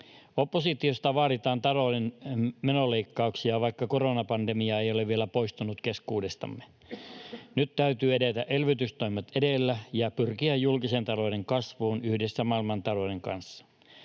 Oppositiosta vaaditaan talouden menoleikkauksia, vaikka koronapandemia ei ole vielä poistunut keskuudestamme. Nyt täytyy edetä elvytystoimet edellä ja pyrkiä julkisen talouden kasvuun yhdessä maailmantalouden kanssa.